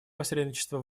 посредничества